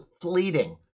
fleeting